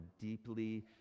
deeply